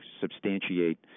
substantiate